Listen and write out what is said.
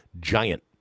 Giant